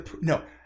No